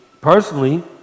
personally